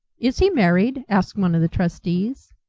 is he married? asked one of the trustees.